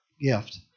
gift